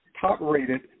top-rated